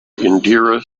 indira